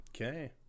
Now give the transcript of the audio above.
Okay